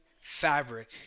fabric